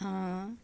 ਹਾਂ